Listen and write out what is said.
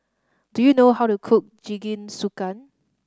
do you know how to cook Jingisukan